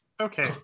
Okay